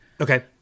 Okay